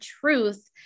truth